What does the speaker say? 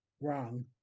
wrong